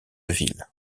ville